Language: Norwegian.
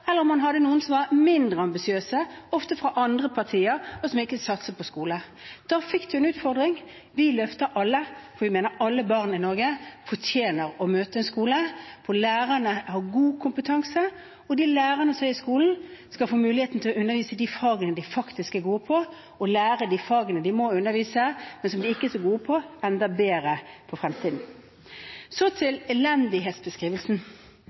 eller om man hadde noen som var mindre ambisiøse, ofte fra andre partier, og som ikke satset på skole. Da fikk man en utfordring. Vi løfter alle. Vi mener at alle barn i Norge fortjener å møte en skole hvor lærerne har god kompetanse, og de lærerne som er i skolen, skal få muligheten til å undervise i de fagene de faktisk er gode på, og lære de fagene de må undervise i, men som de ikke er så gode på, enda bedre for fremtiden. Så